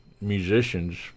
musicians